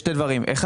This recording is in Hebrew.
יש שני דברים: א',